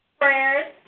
prayers